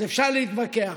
אז אפשר להתווכח.